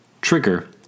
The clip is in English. Trigger